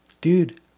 dude